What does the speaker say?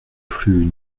plus